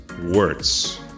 words